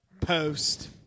post